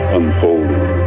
unfolding